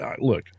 Look